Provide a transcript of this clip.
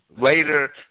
later